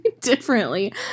differently